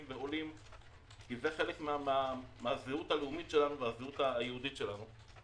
עולים לשם כי זה חלק מהזהות הלאומית והיהודית שלנו.